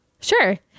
Sure